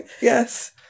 Yes